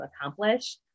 accomplish